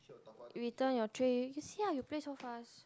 return your tray you see lah you play so fast